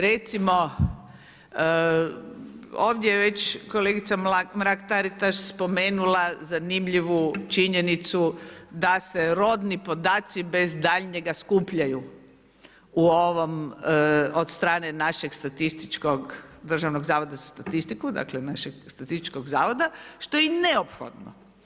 Recimo ovdje je već kolegica Mrak-Taritaš spomenula zanimljivu činjenicu da se rodni podaci bez daljnjega skupljaju od strane našeg Državnog zavoda za statistiku, dakle našeg statističkog zavoda, što je neophodno.